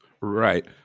right